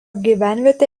gyvenvietę